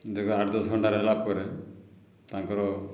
ଦୀର୍ଘ ଆଠ ଦଶଘଣ୍ଟା ରହିଲାପରେ ତାଙ୍କର